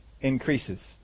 increases